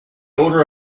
odor